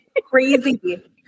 crazy